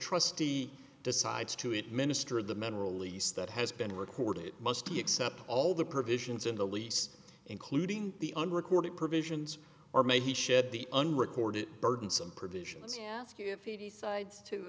trustee decides to administer the mineral lease that has been recorded it must be except all the provisions in the lease including the unrecorded provisions or maybe shed the unrecorded burdensome provisions yeah ask you if he decides to